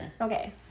Okay